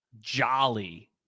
jolly